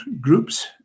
groups